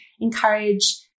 encourage